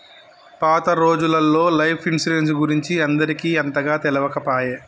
పాత రోజులల్లో life insurance గురించి అందరికి అంతగా తెలియకపాయె